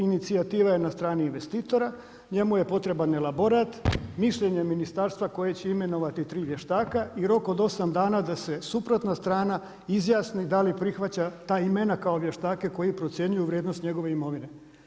Inicijativa je na strani investitora, njemu je potreban elaborat, mišljenje ministarstva koje će imenovati 3 vještaka i rok od 8 dana da se suprotna strana izjasni da li prihvaća ta imena kao vještake koji procjenjuju vrijednost njegove imovine.